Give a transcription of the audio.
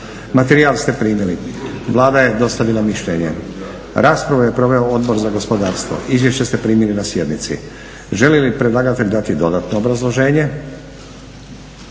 Materijal ste primili. Vlada je dostavila mišljenje. Raspravu je proveo Odbor za gospodarstvo. Izvješće ste primili na sjednici. Želi li predlagatelj dati dodatno obrazloženje?